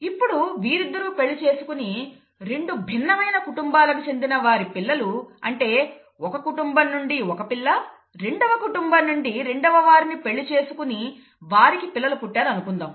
ఇప్పుడు వీరిద్దరూ పెళ్లి చేసుకుని రెండు భిన్నమైన కుటుంబాలకు చెందిన వారి పిల్లలు అంటే ఒక కుటుంబం నుండి ఒక పిల్ల రెండవ కుటుంబం నుండి రెండవ వారిని పెళ్లి చేసుకుని వారికి పిల్లలు పుట్టారు అనుకుందాం